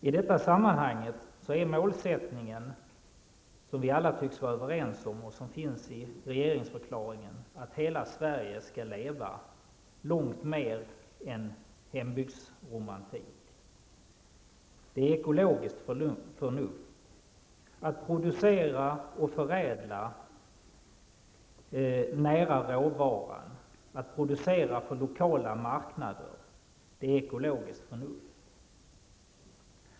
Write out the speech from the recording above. I detta sammanhang är målsättningen att hela Sverige skall leva, som vi alla tycks vara överens om och som finns i regeringsförklaringen, långt mer än hembygdsromantik. Det är ekologiskt förnuft att producera och förädla nära råvaran och att producera för lokala marknader.